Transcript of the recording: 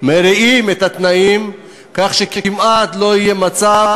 מרעים את התנאים כך שכמעט לא יהיה מצב